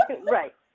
Right